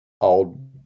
old